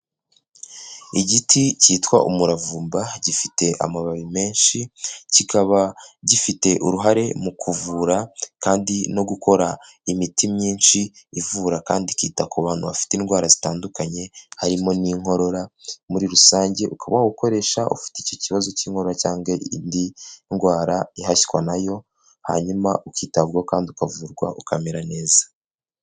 Igiti cyitwa umuravumba gifite amababi menshi, kikaba gifite uruhare mu kuvura kandi no gukora imiti myinshi ivura kandi ikita ku bantu bafite indwara zitandukanye harimo n'inkorora, muri rusange ukaba wa ukoresha ufite icyo kibazo cy'inkorara cyangwa indi ndwara ihashywa nayo, hanyuma ukitabwaho kandi ukavurwa ukamera neza.